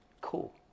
cool